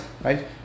right